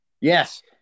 Yes